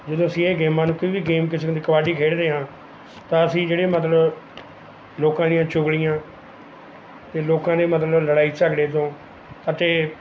ਜਦੋਂ ਅਸੀਂ ਇਹ ਗੇਮਾਂ ਨੂੰ ਕੋਈ ਵੀ ਗੇਮ ਕਿਸੇ ਦੀ ਕਬੱਡੀ ਖੇਡਦੇ ਹਾਂ ਤਾਂ ਅਸੀਂ ਜਿਹੜੇ ਮਤਲਬ ਲੋਕਾਂ ਦੀਆਂ ਚੁਗ਼ਲੀਆਂ ਤੇ ਲੋਕਾਂ ਦੇ ਮਤਲਬ ਲੜਾਈ ਝਗੜੇ ਤੋਂ ਅਤੇ